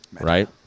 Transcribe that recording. right